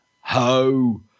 Ho